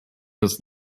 was